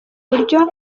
uburyo